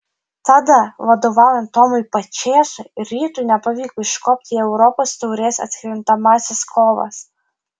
tada vadovaujant tomui pačėsui rytui nepavyko iškopti į europos taurės atkrintamąsias kovas